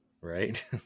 right